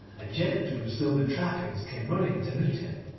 a jennet with silver trappings came running to meet him.